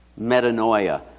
metanoia